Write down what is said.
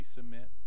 submit